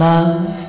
Love